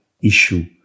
issue